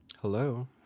Hello